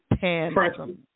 Pan